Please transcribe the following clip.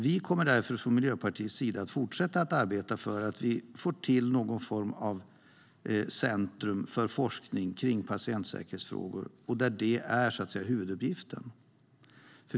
Vi kommer från Miljöpartiets sida att fortsätta att arbeta för att vi får till någon form av centrum för forskning om patientsäkerhetsfrågor där det är huvuduppgiften.